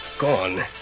Gone